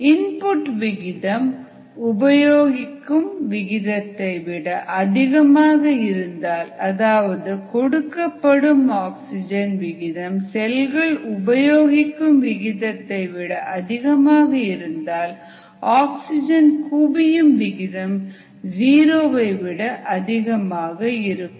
input விகிதம் உபயோகிக்கும் விகிதத்தை விட அதிகமாக இருந்தால் அதாவது கொடுக்கப்படும் ஆக்சிஜன் விகிதம் செல்கள் உபயோகிக்கும் விகிதத்தைவிட அதிகமாக இருந்தால் ஆக்சிஜன் குவியும் விதம் ஜீரோவை விட அதிகமாக இருக்கும்